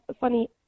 funny